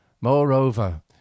moreover